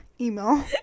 email